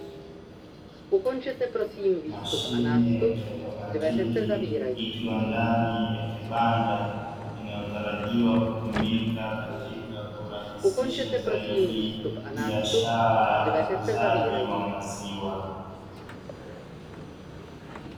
Mashine ya kiautomatiki ikiwa ndani ya kibanda, inayotarajiwa kutumika katika kurahisisha zaidi biashara ya uuzaji wa maziwa.